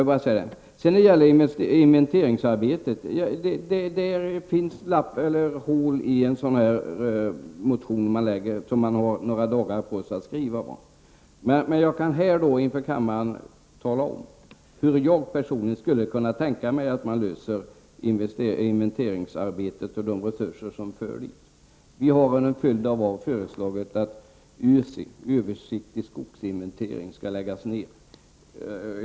När det gäller inventeringsarbetet vill jag säga att det naturligtvis finns luckor i en motion som man har några dagar på sig att skriva. Men jag kan inför kammaren tala om hur jag personligen skulle kunna tänka mig att man löser inventeringsarbetet och resurserna i detta sammanhang. Vi har under en följd av år föreslagit att ÖSI, översiktlig skogsinventering, skall läggas ned.